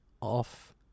off